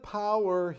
power